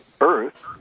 Earth